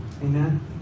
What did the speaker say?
Amen